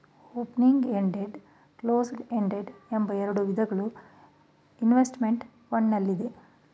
opening ended, closed ended ಎಂಬ ಎರಡು ವಿಧಗಳು ಇನ್ವೆಸ್ತ್ಮೆಂಟ್ ಫಂಡ್ ನಲ್ಲಿದೆ